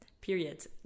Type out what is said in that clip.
period